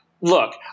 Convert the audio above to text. look